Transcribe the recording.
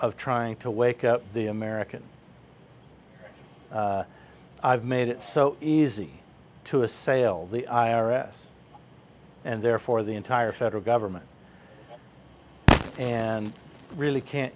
of trying to wake up the american i've made it so easy to assail the i r s and therefore the entire federal government and really can't